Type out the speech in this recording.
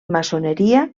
maçoneria